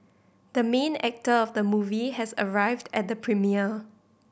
the main actor of the movie has arrived at the premiere